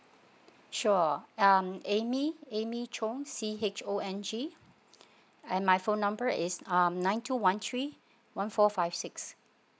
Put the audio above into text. sure um amy amy chong C H O N G and my phone number is um nine two one three one four five six